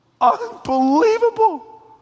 unbelievable